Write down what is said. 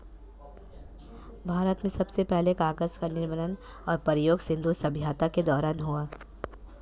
भारत में सबसे पहले कागज़ का निर्माण और प्रयोग सिन्धु सभ्यता के दौरान हुआ